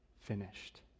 finished